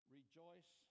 Rejoice